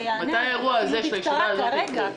שיענה עליהם בקצרה כרגע,